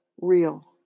real